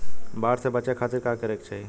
बाढ़ से बचे खातिर का करे के चाहीं?